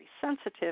sensitive